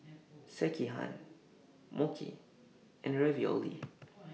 Sekihan Mochi and Ravioli